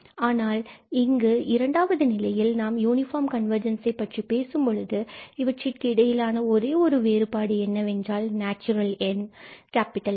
ஆனால் இங்கு இரண்டாவது நிலையில் நாம் யூனிபார்ம் கன்வர்ஜென்ஸ் பற்றி பேசும்பொழுது இவற்றுக்கு இடையிலான ஒரே ஒரு வேறுபாடு என்னவென்றால் நேச்சுரல் எண் N